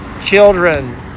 children